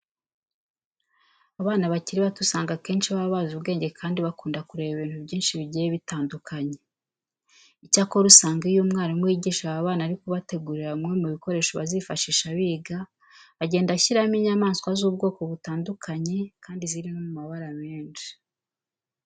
Abana bakiri bato usanga akenshi baba bazi ubwenge kandi bakunda kureba ibintu byinshi bigiye bitandukanye. Icyakora usanga iyo umwarimu wigisha aba bana ari kubategurira bimwe mu bikoresho bazifashisha biga, agenda ashyiramo inyamaswa z'ubwoko butandukanye kandi ziri no mu mabara menshi.